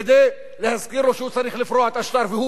כדי להזכיר לו שהוא צריך לפרוע את השטר.